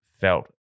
felt